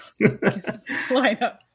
lineup